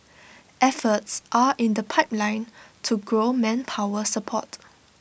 efforts are in the pipeline to grow manpower support